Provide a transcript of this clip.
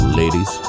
ladies